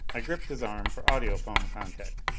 i gripped his arm for audiphone contact.